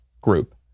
group